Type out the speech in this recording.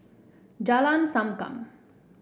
Jalan Sankam